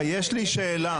יש לי שאלה.